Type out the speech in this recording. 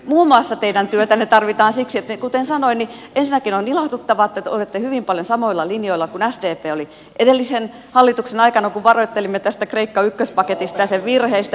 muun muassa teidän työtänne tarvitaan siksi kuten sanoin että ensinnäkin on ilahduttavaa että te olette hyvin paljon samoilla linjoilla kuin sdp oli edellisen hallituksen aikana kun varoittelimme kreikka ykköspaketista ja sen virheistä